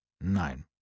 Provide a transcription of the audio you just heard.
Nein